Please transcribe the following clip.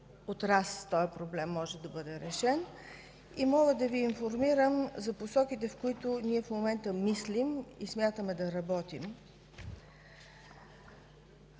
че този проблем може да бъде решен от раз. Мога да Ви информирам за посоките, по които в момента мислим и смятаме да работим.